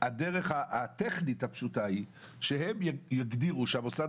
הדרך הטכנית הפשוטה היא שהם יגדירו שהמוסד